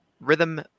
rhythm